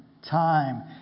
Time